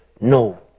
No